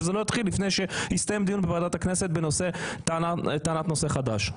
שזה לא יתחיל לפני שיסתיים דיון בוועדת הכנסת בנושא טענת נושא חדש.